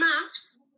maths